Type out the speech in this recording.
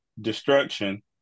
destruction